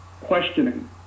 questioning